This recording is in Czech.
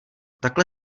takhle